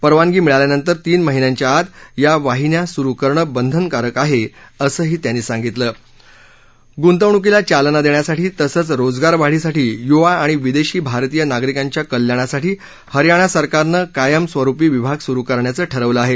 परवानगी मिळाल्या नसि तीन महिन्याच्या आत या वाहिन्या सुरु करणब्रिसेकारक आहे असहीत्याती साधितलठ गुंतवणूकीला चालना देण्यासाठी तसंच रोजगार वाढीसाठी युवा आणि विदेशी भारतीय नागरिकांच्या कल्याणासाठी हरयाणा सरकारनं कायमस्वरुपी विभाग सुरु करण्याचं ठरवलं आहे